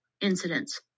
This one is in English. incidents